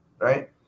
right